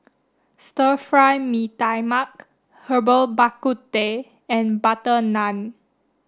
stir Fry Mee Tai Mak Herbal Bak Ku Teh and butter naan